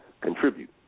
contribute